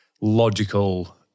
logical